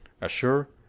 Assure